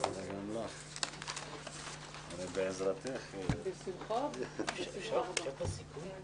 18:40.